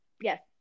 Yes